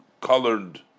colored